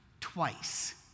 Twice